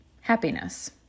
Happiness